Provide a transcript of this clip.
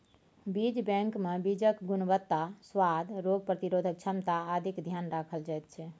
बीज बैंकमे बीजक गुणवत्ता, सुआद, रोग प्रतिरोधक क्षमता आदिक ध्यान राखल जाइत छै